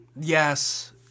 Yes